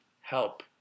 help